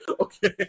okay